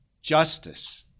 justice